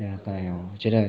我觉得